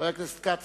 חבר הכנסת יעקב כץ,